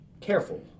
careful